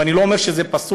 ואני לא אומר שזה פסול,